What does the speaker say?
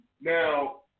Now